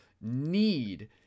need